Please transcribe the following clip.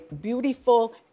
beautiful